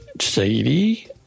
Sadie